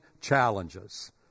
challenges